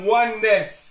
oneness